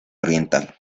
oriental